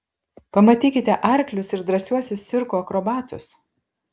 pamatykite arklius ir drąsiuosius cirko akrobatus